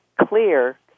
clear